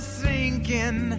sinking